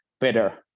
better